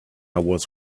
was